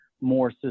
more